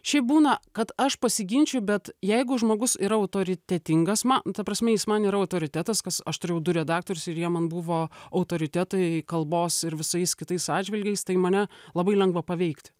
šiaip būna kad aš pasiginčyju bet jeigu žmogus yra autoritetingas ma ta prasme jis man yra autoritetas kas aš turėjau du redaktorius ir jie man buvo autoritetai kalbos ir visais kitais atžvilgiais tai mane labai lengva paveikti